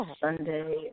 Sunday